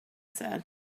said